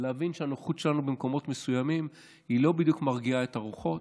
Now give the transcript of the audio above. הוא להבין שהנוכחות שלנו במקומות מסוימים לא בדיוק מרגיעה את הרוחות.